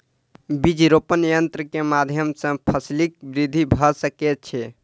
बीज रोपण यन्त्र के माध्यम सॅ फसीलक वृद्धि भ सकै छै